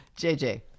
JJ